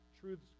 truths